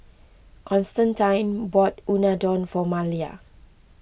Constantine bought Unadon for Malia